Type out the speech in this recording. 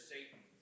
Satan